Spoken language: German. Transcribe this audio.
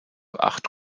acht